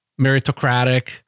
meritocratic